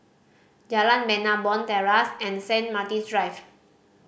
Jalan Bena Bond Terrace and Saint Martin's Drive